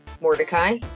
mordecai